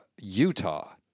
Utah